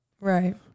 Right